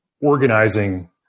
organizing